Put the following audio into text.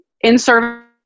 in-service